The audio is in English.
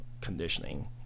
conditioning